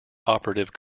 operative